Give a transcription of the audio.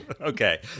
Okay